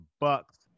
Bucks